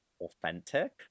authentic